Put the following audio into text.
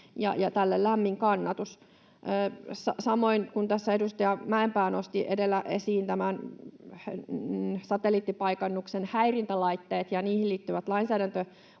ja tälle lämmin kannatus. Samoin kuin edustaja Mäenpää nosti edellä esiin satelliittipaikannuksen häirintälaitteet ja niihin liittyvät lainsäädäntömuutostarpeet,